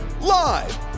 Live